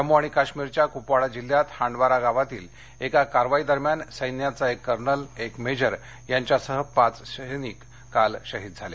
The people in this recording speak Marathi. जम्मू आणि काश्मीरच्या कुपवाडा जिल्ह्यात हांडवारा गावातील एका कारवाईदरम्यान सैन्याचा एक कर्नल एक मेजर यांच्यासह पाच सैनिक काल शहीद झाले